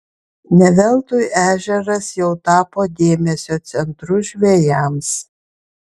ne veltui ežeras jau tapo dėmesio centru žvejams